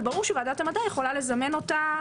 אבל ברור שוועדת המדע יכולה לזמן אותה,